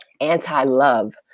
anti-love